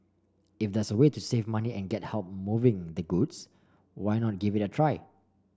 if there's a way to save money and get help moving the goods why not give it a try